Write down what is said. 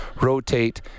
rotate